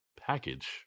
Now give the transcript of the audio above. package